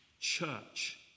church